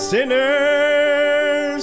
Sinners